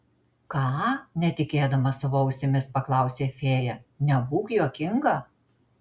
ką netikėdama savo ausimis paklausė fėja nebūk juokinga